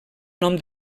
nom